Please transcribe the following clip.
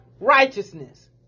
righteousness